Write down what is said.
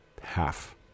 Half